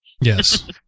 Yes